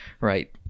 right